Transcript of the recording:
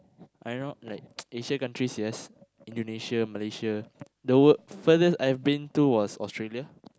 I don't know like Asia countries yes Indonesia Malaysia the furthest I've been to was Australia